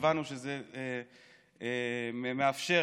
כשהבנו שזה מאפשר